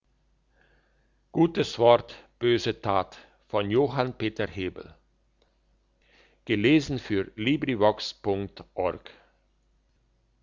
gutes wort böse tat